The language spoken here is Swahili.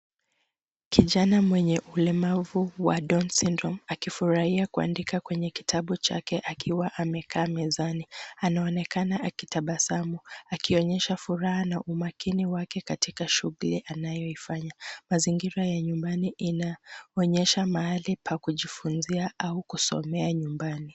Kijana mwenye ulemavu wa down syndrome akifurahia kuandika kwenye kitabu chake akiwa amekaa mezani. Anaonekana akitabasamu akionyesha furaha na umakini wake katika shughuli anayoifanya. Mazingira ya nyumbani inaonyesha mahali pa kujifunzia au kusomea nyumbani.